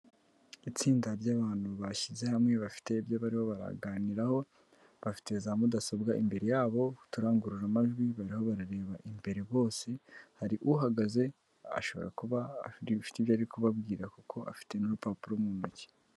Itsinda ry'abantu bashyize hamwe bafite ibyo barimo baraganiraho, bafite za mudasobwa imbere yabo, uturangurura amajwi barimo barareba imbere bose, hari uhagaze ashobora kuba afite ibyo ari kubabwira kuko afite n'urupapuro mu ntoki.